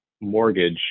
mortgage